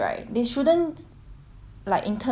like intern in McDonald's what at least find a